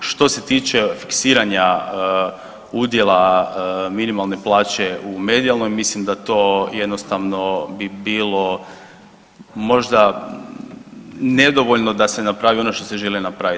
Što se tiče fiksiranja udjela minimalne plaće u medijalnoj, mislim da to jednostavno bi bilo možda nedovoljno da se napravi ono što se želi napraviti.